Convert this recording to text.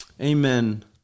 Amen